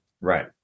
Right